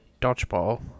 dodgeball